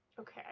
Okay